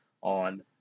on